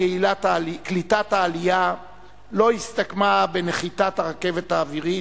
קליטת העלייה לא הסתכמה בנחיתת הרכבת האווירית,